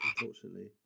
unfortunately